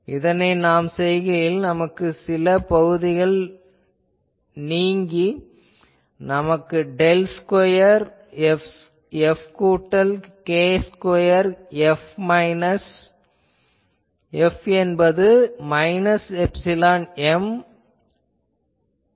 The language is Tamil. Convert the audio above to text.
இதனை நாம் செய்கையில் நமக்கு சில பகுதிகள் ரத்தாகி நமக்கு டெல் ஸ்கொயர் F கூட்டல் k ஸ்கொயர் F என்பது மைனஸ் எப்சிலான் M